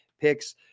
picks